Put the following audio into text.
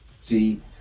See